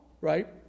right